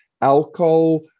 alcohol